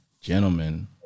gentlemen